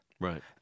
Right